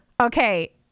Okay